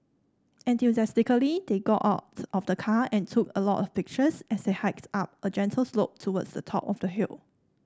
enthusiastically they got out of the car and took a lot of pictures as they hiked up a gentle slope towards the top of the hill